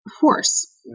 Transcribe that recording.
force